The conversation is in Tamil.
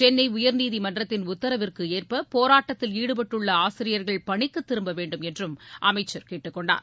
சென்னை உயர்நீதிமன்றத்தின் உத்தரவிற்கேற்ப போராட்டத்தில் ஈடுபட்டுள்ள ஆசிரியர்கள் பணிக்கு திரும்ப வேண்டுமென்றும் அமைச்சர் கேட்டுக் கொண்டார்